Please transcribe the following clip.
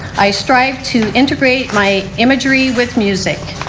i strive to integrate my imagery with music.